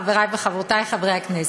חברי וחברותי חברי הכנסת,